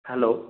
hello